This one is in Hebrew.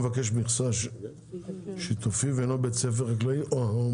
את רוצה להגדיר מכון מחקר?